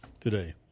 today